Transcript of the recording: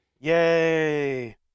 Yay